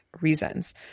reasons